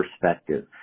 perspective